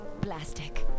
plastic